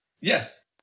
Yes